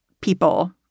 people